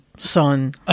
Son